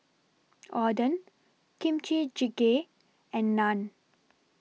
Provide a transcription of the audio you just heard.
Oden Kimchi Jjigae and Naan